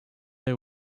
they